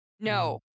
No